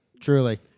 truly